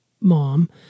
mom